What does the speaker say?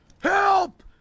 Help